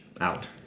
out